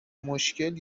مشکل